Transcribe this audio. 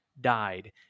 died